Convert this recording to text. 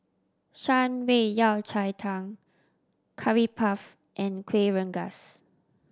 Shan Rui Yao Cai Tang Curry Puff and Kuih Rengas